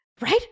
right